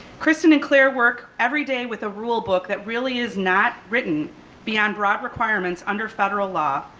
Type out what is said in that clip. kristin and claire work every day with a rule book that really is not written beyond broad requirements under federal law,